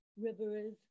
rivers